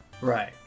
Right